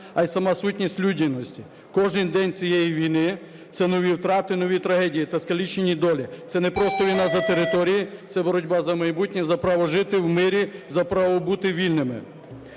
а й сама сутність людяності. Кожен день цієї війни – це нові втрати, нові трагедії та скалічені долі. Це не просто війна за території – це боротьба за майбутнє, за право жити в мирі, за право бути вільними.